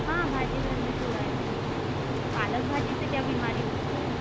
हाँ भाजी घर में से उगाए थे हमने पालक भाजी से क्या बीमारी होगी और